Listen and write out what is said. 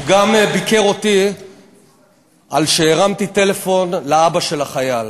הוא גם ביקר אותי על שהרמתי טלפון לאבא של החייל.